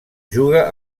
juga